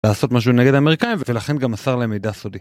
לעשות משהו נגד האמריקאים ולכן גם מסר להם מידע סודי.